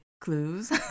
clues